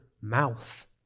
mouth